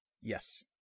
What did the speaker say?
Yes